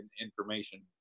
information